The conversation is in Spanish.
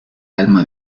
alma